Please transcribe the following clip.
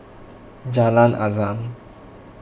Jalan Azam